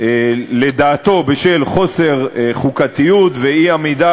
לדעתו בשל חוסר חוקתיות ואי-עמידה